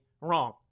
wrong